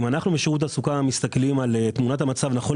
ואם אנחנו בשירות התעסוקה מסתכלים על תמונת המצב נכון